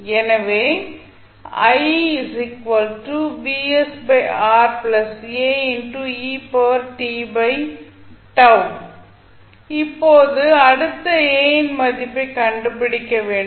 எனவே இப்போது அடுத்து A இன் மதிப்பைக் கண்டுபிடிக்க வேண்டும்